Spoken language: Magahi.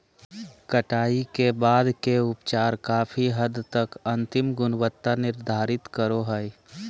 कटाई के बाद के उपचार काफी हद तक अंतिम गुणवत्ता निर्धारित करो हइ